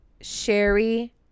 Sherry